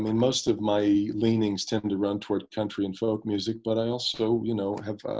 most of my leanings tend to run toward country and folk music, but i also you know have,